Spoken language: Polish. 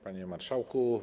Panie Marszałku!